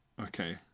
Okay